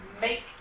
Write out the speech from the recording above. make